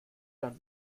dann